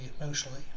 emotionally